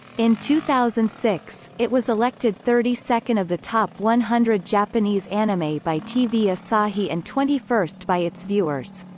in two thousand and six, it was elected thirty second of the top one hundred japanese anime by tv asahi and twenty first by its viewers.